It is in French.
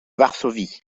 varsovie